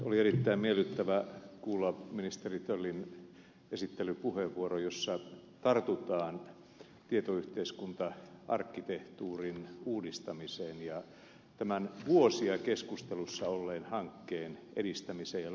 oli erittäin miellyttävä kuulla ministeri töllin esittelypuheenvuoro jossa tartutaan tietoyhteiskunta arkkitehtuurin uudistamiseen ja tämän vuosia keskustelussa olleen hankkeen edistämiseen ja läpiviemiseen